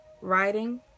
writing